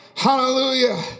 Hallelujah